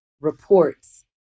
reports